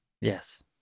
Yes